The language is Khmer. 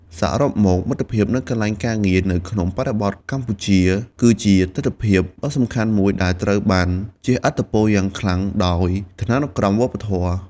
សរុបមក មិត្តភាពនៅកន្លែងការងារនៅក្នុងបរិបទកម្ពុជាគឺជាទិដ្ឋភាពដ៏សំខាន់មួយដែលត្រូវបានជះឥទ្ធិពលយ៉ាងខ្លាំងដោយឋានានុក្រមវប្បធម៌។